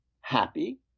happy